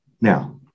now